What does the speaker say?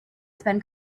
spend